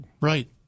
right